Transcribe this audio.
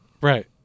Right